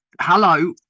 hello